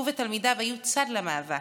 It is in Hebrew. הוא ותלמידיו היו צד במאבק.